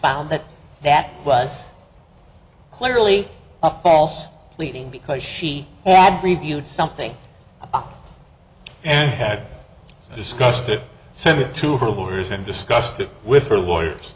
found that that was clearly a false pleading because she had reviewed something i and had discussed it send it to her borders and discussed it with her lawyers